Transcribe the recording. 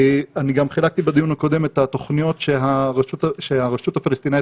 גם חילקתי בדיון הקודם את התוכניות שהרשות הפלסטינית